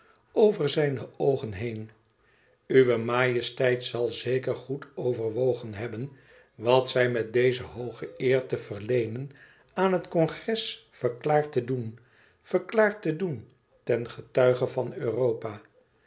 over zijne oogen heen uwe majesteit zal zeker goed overwogen hebben wat zij met deze hooge eer te verleenen aan het congres verklaart te doen verklaart te doen ten getuige van europa